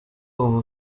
uba